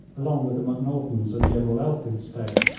along with the macnaghtens and general elphinstone,